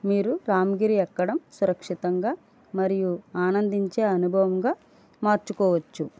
మీరు రామగిరి ఎక్కడ సురక్షితంగా మరియు ఆనందించే అనుభవంగా మార్చుకోవచ్చు